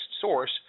source